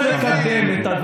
אתה לא רוצה לקדם את הדברים.